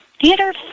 Theater